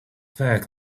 fact